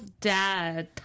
dad